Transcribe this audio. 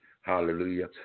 Hallelujah